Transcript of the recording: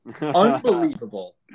Unbelievable